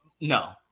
no